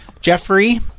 Jeffrey